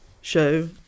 show